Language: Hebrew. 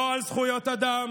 לא על זכויות אדם,